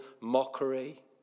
mockery